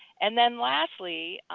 and then lastly,